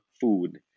food